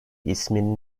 i̇smin